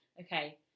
Okay